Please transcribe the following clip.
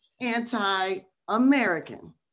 anti-American